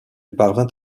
parvint